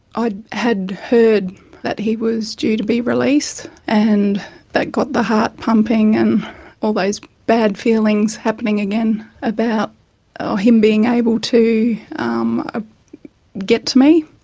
i had heard that he was due to be released, and that got the heart pumping, and all those bad feelings happening again about him being able to um ah get to me.